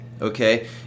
okay